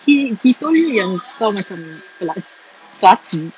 he he told you yang kau macam slut~ slutty